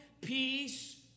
peace